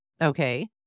Okay